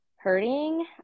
hurting